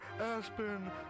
aspen